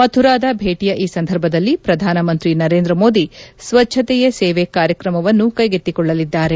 ಮಥುರಾದ ಭೇಟಯ ಈ ಸಂದರ್ಭದಲ್ಲಿ ಶ್ರಧಾನಮಂತ್ರಿ ನರೇಂದ್ರ ಮೋದಿ ಸ್ವಚ್ದತೆಯೇ ಸೇವೆ ಕಾರ್ಯಕ್ರಮವನ್ನು ಕೈಗೆತ್ತಿಕೊಳ್ಳಲಿದ್ದಾರೆ